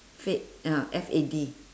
fad ya F A D